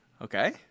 Okay